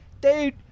dude